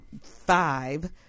five